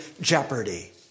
jeopardy